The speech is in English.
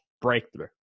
breakthrough